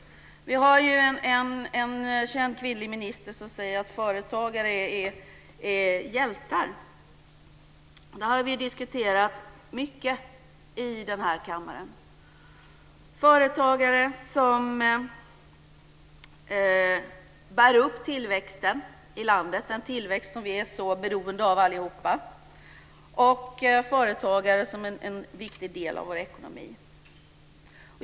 Vi har ju en känd kvinnlig minister som säger att företagare är hjältar. Det har vi diskuterat mycket i den här kammaren. Företagare bär upp den tillväxt som vi har i landet, den tillväxt som vi allihop är så beroende av, och företagare är en viktig del av vår ekonomi.